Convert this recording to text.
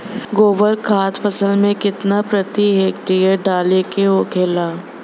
गोबर खाद फसल में कितना प्रति हेक्टेयर डाले के होखेला?